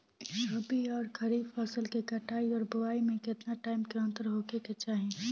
रबी आउर खरीफ फसल के कटाई और बोआई मे केतना टाइम के अंतर होखे के चाही?